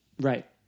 Right